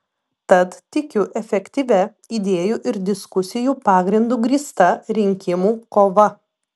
tad tikiu efektyvia idėjų ir diskusijų pagrindu grįsta rinkimų kova